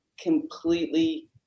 completely